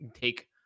take